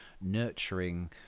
nurturing